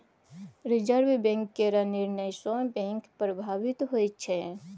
reserve bank केर निर्णय सँ बैंक प्रभावित होइ छै